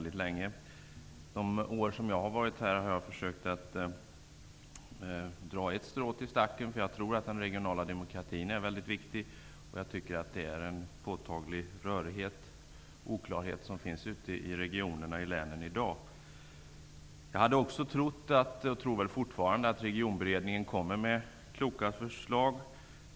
De år som jag har varit i riksdagen har jag försökt att dra mitt strå till stacken, därför att jag tror att den regionala demokratin är väldigt viktig. Jag tycker att det finns en påtaglig rörighet och oklarhet ute i regionerna och länen i dag. Jag hade också trott, och tror fortfarande, att Regionberedningen kommer med kloka förslag.